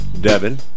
Devin